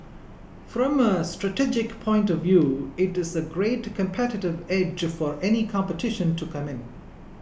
from a strategic point of view it's a great competitive edge for any competition to come in